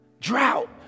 drought